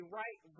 right